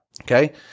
Okay